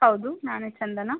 ಹೌದು ನಾನೇ ಚಂದನಾ